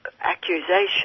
accusation